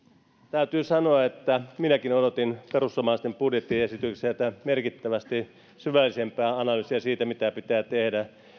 täytyy sanoa että minäkin odotin perussuomalaisten budjettiesitykseltä merkittävästi syvällisempää analyysiä siitä mitä pitää tehdä